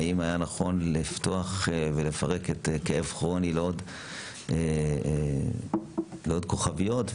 האם היה נכון לפתוח ולפרק את כאב כרוני לעוד כוכביות,